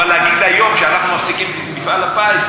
אבל להגיד היום שאנחנו מפסיקים את מפעל הפיס,